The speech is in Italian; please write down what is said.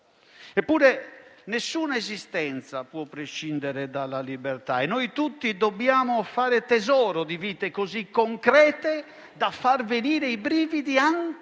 Eppure, nessuna esistenza può prescindere dalla libertà e noi tutti dobbiamo fare tesoro di vite così concrete da far venire i brividi anche